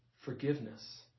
Forgiveness